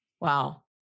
Wow